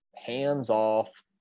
hands-off